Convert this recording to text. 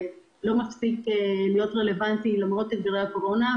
שלא מפסיק להיות רלוונטי למרות אתגרי הקורונה,